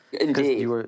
Indeed